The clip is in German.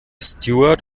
steward